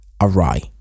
awry